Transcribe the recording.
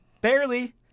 barely